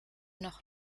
noch